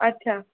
अच्छा